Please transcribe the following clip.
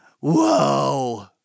whoa